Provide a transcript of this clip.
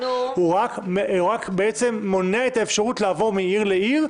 הוא רק מונע את האפשרות לעבור מעיר לעיר,